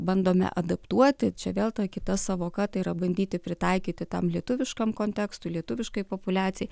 bandome adaptuoti čia vėl ta kita sąvoka tai yra bandyti pritaikyti tam lietuviškam kontekstui lietuviškai populiacijai